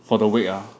for the week ah